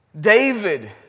David